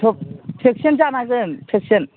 सब खेबसेनो जानांगोन फेसेन्ट